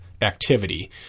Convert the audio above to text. activity